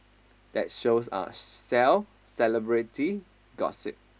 that shows a cell celebrity gossip